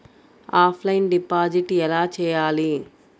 Offline deposit ఎలా చేయాలి?